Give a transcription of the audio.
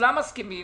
מסכימים